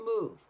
move